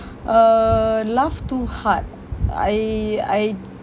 uh laughed too hard I I